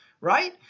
right